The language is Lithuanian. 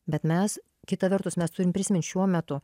bet mes kita vertus mes turim prisimint šiuo metu